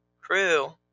Crew